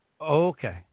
okay